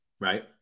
right